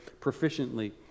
proficiently